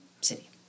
city